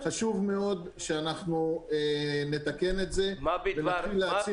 חשוב מאוד שנתקן את זה ונתחיל להציל